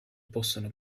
possono